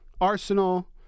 Arsenal